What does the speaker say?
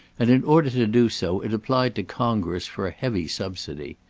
and, in order to do so, it applied to congress for a heavy subsidy.